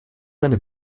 seine